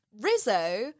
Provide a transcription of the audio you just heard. Rizzo